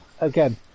Again